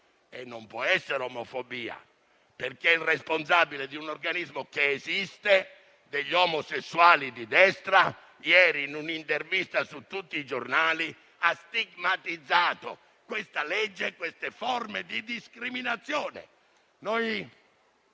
Non può essere però omofobia, visto che il responsabile di un organismo degli omosessuali di destra, che esiste, ieri, in un'intervista su tutti i giornali, ha stigmatizzato questa legge e queste forme di discriminazione.